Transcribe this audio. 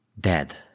dead